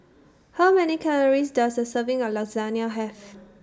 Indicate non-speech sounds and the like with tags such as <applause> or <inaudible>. How Many Calories Does A Serving of Lasagne Have <noise>